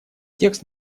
текст